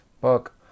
book